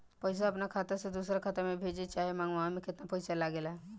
पैसा अपना खाता से दोसरा खाता मे भेजे चाहे मंगवावे में केतना पैसा लागेला?